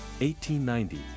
1890